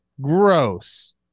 Gross